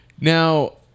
Now